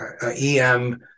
EM